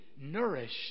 nourished